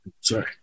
sorry